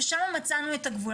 ושם מצאנו את הגבול.